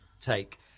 take